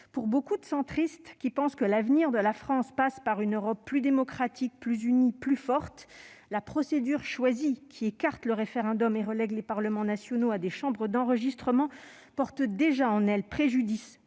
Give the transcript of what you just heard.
Pour beaucoup de centristes, qui pensent que l'avenir de la France passe par une Europe plus démocratique, plus unie et plus forte, la procédure choisie, qui écarte le référendum et relègue les parlements nationaux à des chambres d'enregistrement, porte déjà en elle-même préjudice